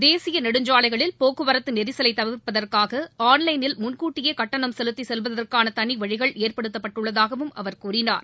தேசிய நெடுஞ்சாலைகளில் போக்குவரத்து நெரிசலை தவிர்ப்பதற்காக ஆன்லைனில் முன்கூட்டியே கட்டணம் செலுத்தி செல்வதற்கான தனி வழிகள் ஏற்படுத்தப்பட்டுள்ளதாகவும் அவர் கூறினார்